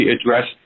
address